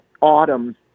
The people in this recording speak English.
autumn